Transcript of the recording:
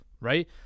right